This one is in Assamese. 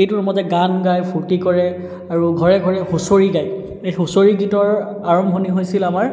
এইটোৰ মতে গান গায় ফূৰ্তি কৰে আৰু ঘৰে ঘৰে হুঁচৰি গায় এই হুঁচৰি গীতৰ আৰম্ভণি হৈছিল আমাৰ